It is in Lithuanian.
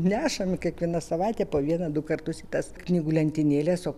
nešam kiekvieną savaitę po vieną du kartus į tas knygų lentynėles o